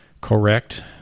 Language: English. correct